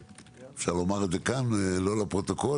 אפשר לומר את זה כאן לא לפרוטוקול,